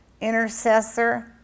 intercessor